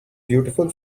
beautiful